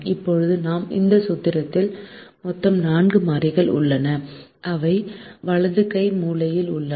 இப்போது இந்த சூத்திரத்தில் மொத்தம் நான்கு மாறிகள் உள்ளன அவை வலது கை மூலையில் உள்ளன